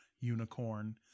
unicorn